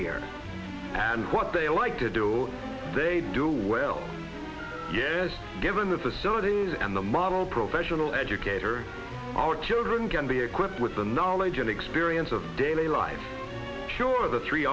here and what they like to do they do well yes given the facilities and the model professional educator our children can be equipped with the knowledge and experience of daily life sure the three